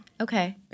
Okay